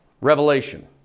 Revelation